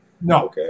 No